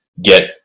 get